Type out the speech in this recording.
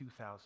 2,000